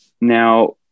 now